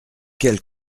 quelle